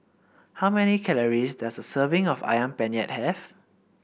how many calories does a serving of ayam Penyet have